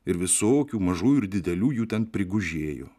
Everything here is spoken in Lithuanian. ir visokių mažų ir didelių jų ten prigužėjo